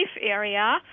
area